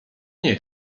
nie